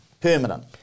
Permanent